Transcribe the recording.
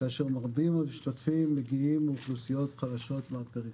כאשר מרבים מהמשתתפים מגיעים מאוכלוסיות חלשות מהפריפריה,